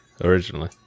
originally